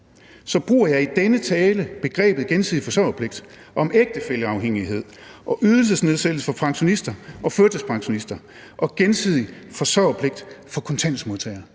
bruger jeg i denne tale begrebet gensidig forsørgerpligt om ægtefælleafhængighed og ydelsesnedsættelse for pensionister og førtidspensionister og gensidig forsørgerpligt for kontanthjælpsmodtagere.